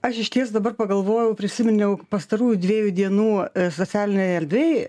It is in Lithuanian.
aš išties dabar pagalvojau prisiminiau pastarųjų dviejų dienų socialinėj erdvėj